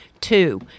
Two